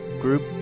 group